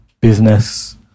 business